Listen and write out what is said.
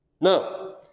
No